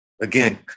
again